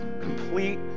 complete